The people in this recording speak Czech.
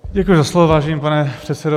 Děkuji za slovo, vážený pane předsedo.